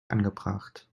angebracht